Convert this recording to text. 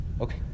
Okay